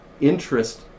interest